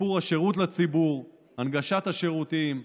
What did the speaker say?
שיפור השירות לציבור, הנגשת השירותים.